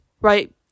right